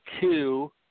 two